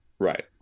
Right